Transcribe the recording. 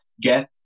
get